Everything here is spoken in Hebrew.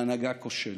ההנהגה כושלת.